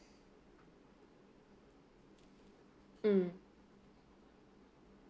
mm